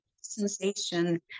sensation